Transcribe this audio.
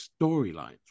storylines